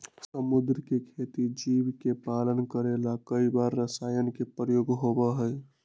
समुद्र के खेती जीव के पालन करे ला कई बार रसायन के प्रयोग होबा हई